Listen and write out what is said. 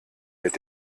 mit